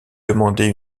demander